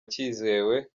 byizewe